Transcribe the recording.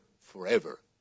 forever